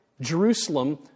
Jerusalem